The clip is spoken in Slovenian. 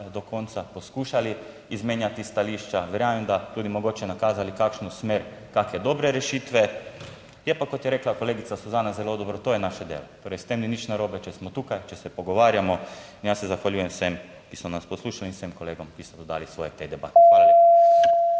do konca, poskušali izmenjati stališča, verjamem, da tudi mogoče nakazali kakšno smer, kake dobre rešitve. Je pa, kot je rekla kolegica Suzana, zelo dobro, to je naše delo. Torej, s tem ni nič narobe, če smo tukaj, če se pogovarjamo. In jaz se zahvaljujem vsem, ki so nas poslušali in vsem kolegom, ki so dodali svoje k tej debati. Hvala lepa.